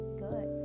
good